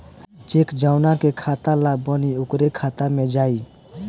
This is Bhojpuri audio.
चेक जौना के खाता ला बनी ओकरे खाता मे जाई